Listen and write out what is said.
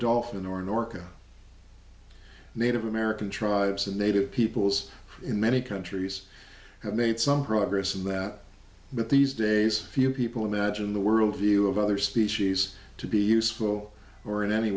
dolphin or an orca native american tribes and native peoples in many countries have made some progress in that but these days few people imagine the world view of other species to be useful or in any